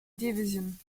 division